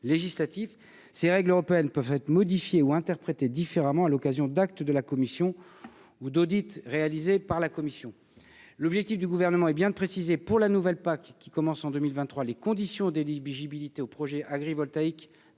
Ces règles européennes peuvent être modifiées ou interprétées différemment à l'occasion d'actes de la Commission ou d'audits réalisés par la Commission. L'objectif du Gouvernement est bien de préciser pour la nouvelle PAC, qui commence en 2023, les conditions d'éligibilité des projets agrivoltaïques